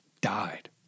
died